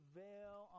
veil